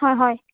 হয় হয়